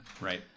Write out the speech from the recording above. right